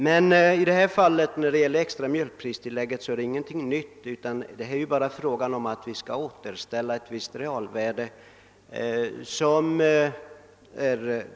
Men det extra mjölkpristillägget är ju ingenting nytt, utan det gäller som tidigare nämnts bara att återställa dess realvärde.